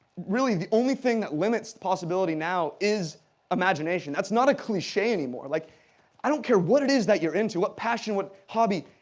really the only thing that limits possibility now is imagination. that's not a cliche anymore. like i don't care what it is that you're into, what passion, what hobby.